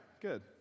good